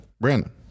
Brandon